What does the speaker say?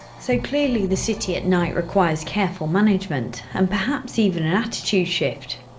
so clearly the city at night requires careful management and perhaps even an attitude shift.